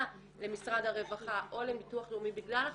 למשרד הרווחה או לביטוח לאומי בגלל החשד,